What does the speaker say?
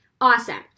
Awesome